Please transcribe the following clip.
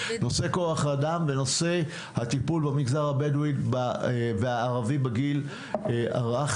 נושא כוח האדם ונושא הטיפול במגזר הבדואי והערבי לגיל הרך.